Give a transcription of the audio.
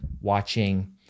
watching